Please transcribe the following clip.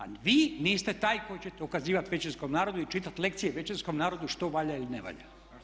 A vi niste taj koji ćete ukazivati većinskom narodu i čitati lekcije većinskom narodu što valja ili ne valja.